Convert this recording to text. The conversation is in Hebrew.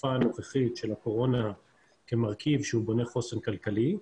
בתקופה הנוכחית של הקורונה כמרכיב שהוא בונה חוסן כלכלי,